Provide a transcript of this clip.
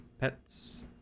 pets